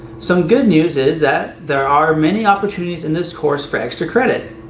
some good news is that there are many opportunities in this course for extra credit.